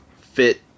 fit